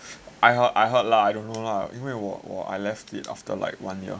I heard I heard lah I don't know [lah[ 因为我我 I left it after like one year